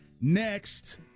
Next